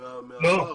לא.